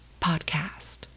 podcast